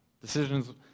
Decisions